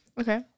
Okay